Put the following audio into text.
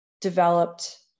developed